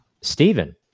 Stephen